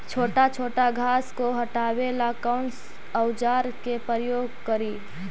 छोटा छोटा घास को हटाबे ला कौन औजार के प्रयोग करि?